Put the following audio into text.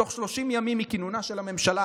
בתוך 30 ימים מכינונה של הממשלה.